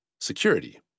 security